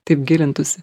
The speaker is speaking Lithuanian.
taip gilintųsi